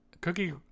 Cookie